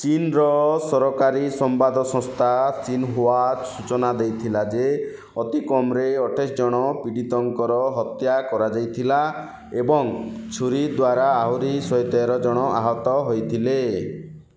ଚୀନ୍ର ସରକାରୀ ସମ୍ବାଦ ସଂସ୍ଥା ଶିନ୍ହୁଆ ସୂଚନା ଦେଇଥିଲା ଯେ ଅତି କମ୍ରେ ଅଠେଇଶି ଜଣ ପୀଡ଼ିତଙ୍କର ହତ୍ୟା କରାଯାଇଥିଲା ଏବଂ ଛୁରୀ ଦ୍ୱାରା ଆହୁରି ଶହେ ତେର ଜଣ ଜଣ ଆହତ ହୋଇଥିଲେ